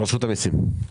רשות המיסים,